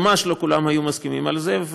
ממש לא כולם הסכימו על זה,